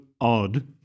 odd